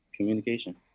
communication